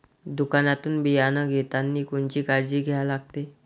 दुकानातून बियानं घेतानी कोनची काळजी घ्या लागते?